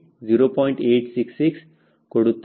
866 ಕೊಡುತ್ತದೆ